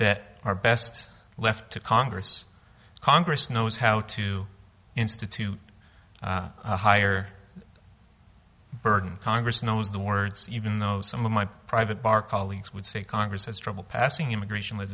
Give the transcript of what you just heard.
that are best left to congress congress knows how to institute a higher burden congress knows the words even though some of my private bar colleagues would say congress has trouble passing immigration with